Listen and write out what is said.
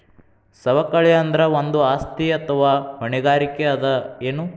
ಸವಕಳಿ ಅಂದ್ರ ಒಂದು ಆಸ್ತಿ ಅಥವಾ ಹೊಣೆಗಾರಿಕೆ ಅದ ಎನು?